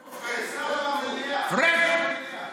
פריג'.